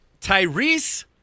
Tyrese